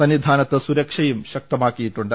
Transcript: സന്നിധാനത്ത് സുരക്ഷയും ശക്തമാക്കിയിട്ടുണ്ട്